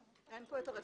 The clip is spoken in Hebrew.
לא נמצאים כאן הרפרנטים.